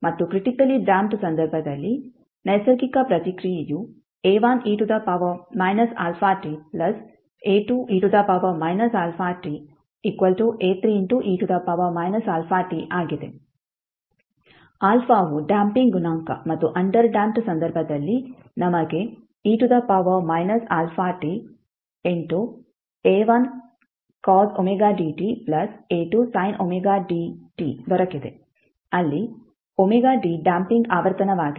ಮತ್ತು critically damped ಸಂದರ್ಭದಲ್ಲಿ ನೈಸರ್ಗಿಕ ಪ್ರತಿಕ್ರಿಯೆಯು ಆಗಿದೆ α ವು ಡ್ಯಾಂಪಿಂಗ್ ಗುಣಾಂಕ ಮತ್ತು ಅಂಡರ್ ಡ್ಯಾಂಪ್ಡ್ ಸಂದರ್ಭದಲ್ಲಿ ನಮಗೆ ದೊರಕಿದೆ ಅಲ್ಲಿ ಡ್ಯಾಂಪಿಂಗ್ ಆವರ್ತನವಾಗಿದೆ